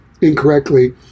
incorrectly